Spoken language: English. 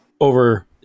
over